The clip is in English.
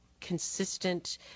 consistent